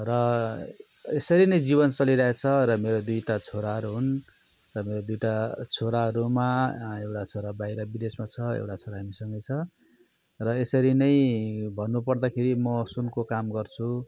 र यसरी नै जीवन चलिरहेको छ र मेरो दुईवटा छोराहरू हुन् र मेरो दुईवटा छोराहरूमा एउटा छोरा बाहिर विदेशमा छ एउटा छोरा हामीसँगै छ र यसरी नै भन्नु पर्दाखेरि म सुनको काम गर्छु